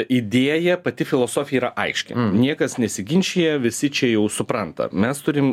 idėja pati filosofija yra aiški niekas nesiginčija visi čia jau supranta mes turim